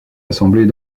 assemblées